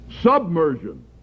Submersion